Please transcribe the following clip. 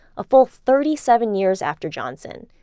a full thirty seven years after johnson,